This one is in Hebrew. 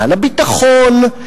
על הביטחון,